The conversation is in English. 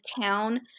town